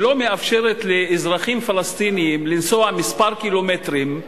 שלא מאפשרת לאזרחים פלסטינים לנסוע כמה קילומטרים,